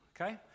Okay